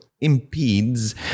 impedes